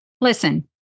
Listen